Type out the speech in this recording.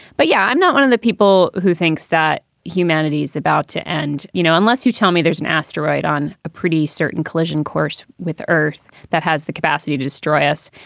but yeah, i'm not one of the people who thinks that humanity's about to end. you know, unless you tell me there's an asteroid on a pretty certain collision course with earth that has the capacity to destroy us,